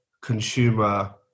consumer